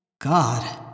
God